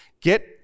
Get